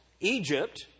Egypt